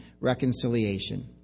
reconciliation